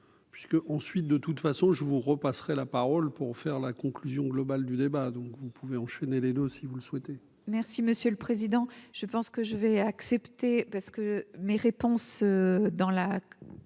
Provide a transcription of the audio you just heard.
puisque, ensuite, de toute façon je vous repasserai la parole pour faire la conclusion globale du débat, donc vous pouvez enchaîner les deux si vous le souhaitez. Merci monsieur le président je pense que je vais accepter parce que mes réponses dans la.